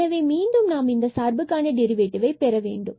எனவே மீண்டும் நாம் இந்த சார்புக்கான டெரிவேட்டிவ் ஐ பெற வேண்டும்